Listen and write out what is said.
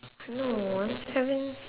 no one seven